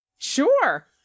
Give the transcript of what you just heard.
Sure